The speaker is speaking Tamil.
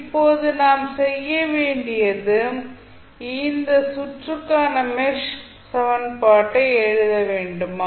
இப்போது நான் செய்ய வேண்டியது இந்த சுற்றுக்கான மெஷ் சமன்பாட்டை எழுத வேண்டுமா